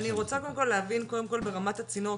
אני קודם כל להבין ברמת הצינור,